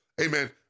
Amen